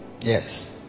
Yes